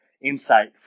insight